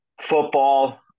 football